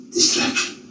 Distraction